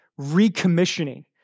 recommissioning